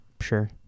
sure